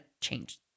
change